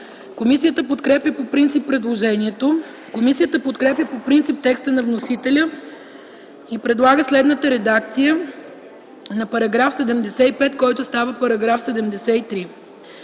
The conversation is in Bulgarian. Комисията подкрепя по принцип предложението. Комисията подкрепя по принцип текста на вносителя и предлага следната редакция на § 75, който става § 73: „§ 73.